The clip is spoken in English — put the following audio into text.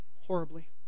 horribly